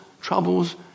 troubles